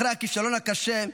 אחרי הכישלון הקשה,